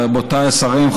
רבותיי השרים,